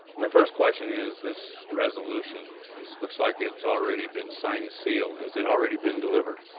my first question is this resolution looks like it's already been signed sealed. has it already been delivered